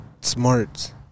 smart